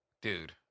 dude